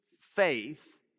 faith